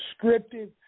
scripted